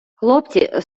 хлопці